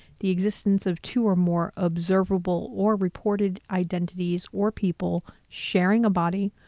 the existence of two or more observable or reported identities or people sharing a body,